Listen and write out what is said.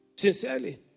Sincerely